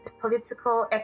political